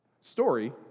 story